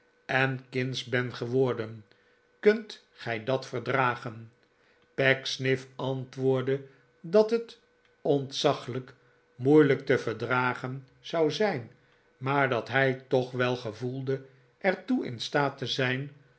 en kindsch ben geworden kunt gij dat verdragen pecksniff antwoordde dat het ontzaglijk moeilijk te verdragen zou zijn maar dat hij toch wel geloofde er toe in staat te zijn